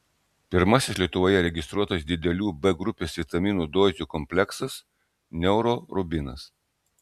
pirmasis lietuvoje registruotas didelių b grupės vitaminų dozių kompleksas neurorubinas